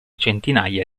centinaia